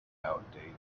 outdated